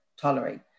tolerate